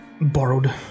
borrowed